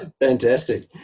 Fantastic